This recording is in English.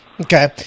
Okay